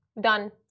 Done